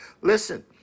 listen